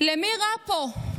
למי רע פה?